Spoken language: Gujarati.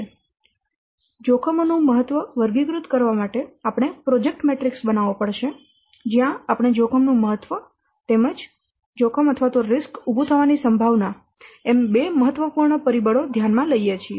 તેથી જોખમ નું મહત્વ વર્ગીકૃત કરવા માટે આપણે પ્રોજેક્ટ મેટ્રિક્સ બનાવવો પડશે જ્યાં આપણે જોખમનું મહત્વ તેમજ જોખમ ઉભું થવાની સંભાવના એમ બે મહત્વપૂર્ણ પરિબળો ધ્યાનમાં લઈએ છીએ